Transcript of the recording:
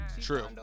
True